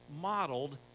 modeled